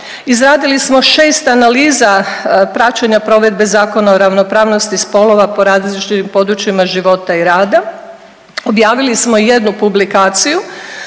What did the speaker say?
izradili smo 6 analiza praćenja provedbe Zakona o ravnopravnosti spolova po različitim područjima života i rada, objavili smo i jednu publikaciju